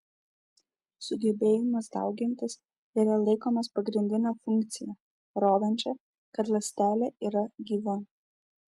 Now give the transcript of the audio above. sugebėjimas daugintis yra laikomas pagrindine funkcija rodančia kad ląstelė yra gyva